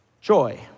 joy